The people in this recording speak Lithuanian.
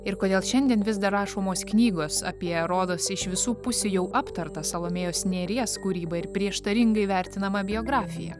ir kodėl šiandien vis dar rašomos knygos apie rodosi iš visų pusių jau aptartą salomėjos nėries kūrybą ir prieštaringai vertinamą biografiją